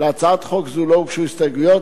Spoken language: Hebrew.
להצעת חוק זו לא הוגשו הסתייגויות.